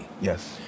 Yes